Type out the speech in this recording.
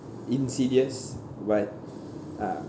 insidious but uh